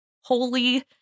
holy